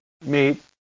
meet